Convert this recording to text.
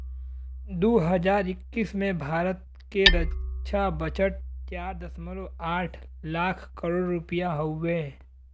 दू हज़ार इक्कीस में भारत के रक्छा बजट चार दशमलव आठ लाख करोड़ रुपिया हउवे